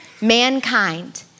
mankind